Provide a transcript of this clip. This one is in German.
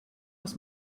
aus